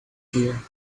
here